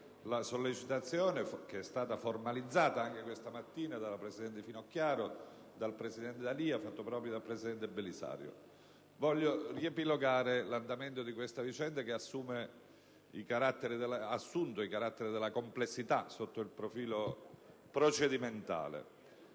la sollecitazione che è stata formalizzata anche questa mattina dalla presidente Finocchiaro, dal presidente D'Alia, fatta propria dal presidente Belisario. Voglio riepilogare l'andamento di questa vicenda che ha assunto i caratteri della complessità sotto il profilo procedimentale.